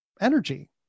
energy